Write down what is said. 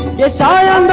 desire